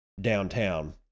downtown